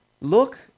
look